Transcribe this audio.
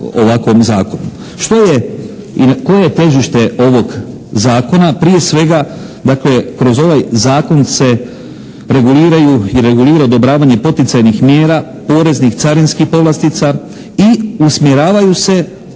ovakvom zakonu. Što je i na koje težište ovog zakona? Prije svega dakle kroz ovaj zakon se reguliraju i regulira odobravanje poticajnih mjera, poreznih, carinskih povlastica i usmjeravaju se,